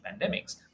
pandemics